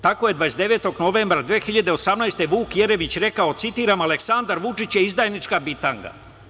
Tako je 29. novembra 2018. godine Vuk Jeremić rekao: "Aleksandar Vučić je izdajnička bitanga"